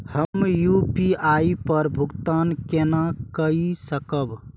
हम यू.पी.आई पर भुगतान केना कई सकब?